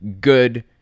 good